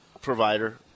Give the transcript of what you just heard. provider